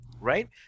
right